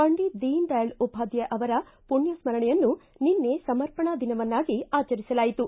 ಪಂಡಿತ್ ದೀನದಯಾಳ್ ಉಪಾಧ್ನಾಯ ಅವರ ಪುಣ್ಣಸರಣೆಯನ್ನು ನಿನ್ನೆ ಸಮರ್ಪಣಾ ದಿನವನ್ನಾಗಿ ಆಚರಿಸಲಾಯಿತು